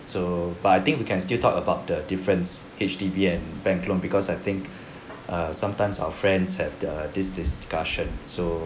so but I think we can still talk about the difference H_D_B and bank loan because I think err sometimes our friends have the this discussion so